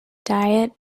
diet